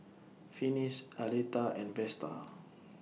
Finis Aleta and Vesta